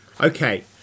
Okay